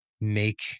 make